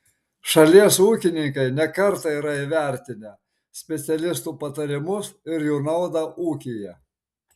šalies ūkininkai ne kartą yra įvertinę specialistų patarimus ir jų naudą ūkyje